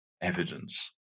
evidence